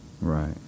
Right